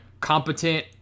competent